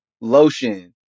lotion